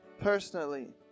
personally